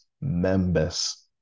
members